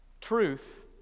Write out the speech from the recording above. Truth